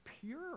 Pure